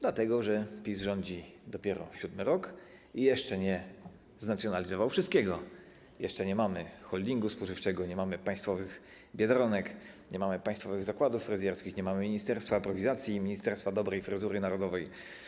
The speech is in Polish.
Dlatego, że PiS rządzi dopiero siódmy rok i jeszcze nie znacjonalizował wszystkiego, jeszcze nie mamy holdingu spożywczego, nie mamy państwowych Biedronek, nie mamy państwowych zakładów fryzjerskich, nie mamy ministerstwa aprowizacji i ministerstwa dobrej fryzury narodowej.